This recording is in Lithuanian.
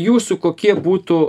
jūsų kokie būtų